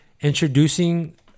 introducing